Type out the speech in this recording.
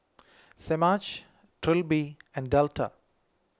Semaj Trilby and Delta